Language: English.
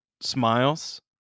smiles